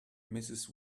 mrs